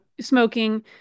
smoking